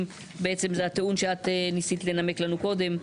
זהו הטיעון שאת ניסית לנמק לנו קודם.